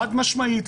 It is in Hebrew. חד משמעית.